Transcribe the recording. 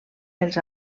els